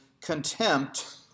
contempt